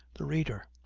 the reader.